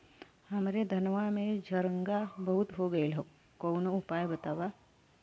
हमरे धनवा में झंरगा बहुत हो गईलह कवनो उपाय बतावा?